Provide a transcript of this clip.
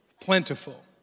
Plentiful